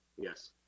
Yes